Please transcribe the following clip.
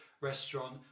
restaurant